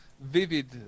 vivid